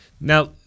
Now